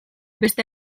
beste